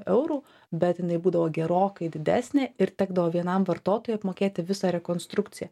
eurų bet jinai būdavo gerokai didesnė ir tekdavo vienam vartotojui apmokėti visą rekonstrukciją